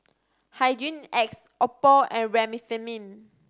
Hygin X Oppo and Remifemin